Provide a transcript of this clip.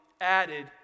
added